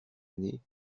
année